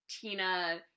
Tina